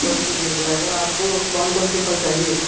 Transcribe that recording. सब कुछ मिल जाएगा आपको कौन कौन से फल चाहिए